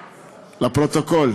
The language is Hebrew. לפרוטוקול.